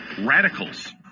radicals